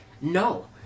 No